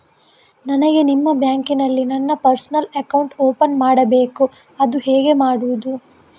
ನನಗೆ ನಿಮ್ಮ ಬ್ಯಾಂಕಿನಲ್ಲಿ ನನ್ನ ಪರ್ಸನಲ್ ಅಕೌಂಟ್ ಓಪನ್ ಮಾಡಬೇಕು ಅದು ಹೇಗೆ ಮಾಡುವುದು?